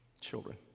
Children